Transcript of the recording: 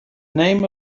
name